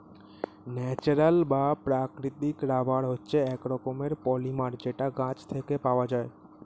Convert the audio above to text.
natural বা প্রাকৃতিক rubber হচ্ছে এক রকমের পলিমার যেটা গাছ থেকে পাওয়া যায়